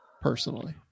personally